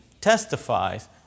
testifies